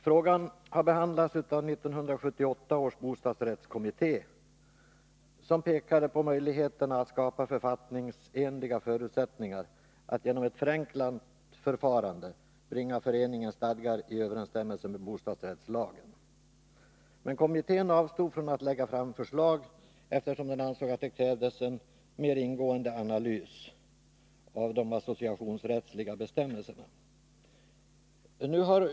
Frågan har behandlats av 1978 års bostadsrättskommitté, som pekade på möjligheterna att skapa författningsenliga förutsättningar att genom ett förenklat förfarande bringa föreningens stadgar i överensstämmelse med bostadsrättslagen. Kommittén avstod från att lägga fram förslag, eftersom den ansåg att det krävdes en mer ingående analys av de associationsrättsliga bestämmelserna.